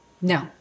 No